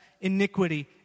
iniquity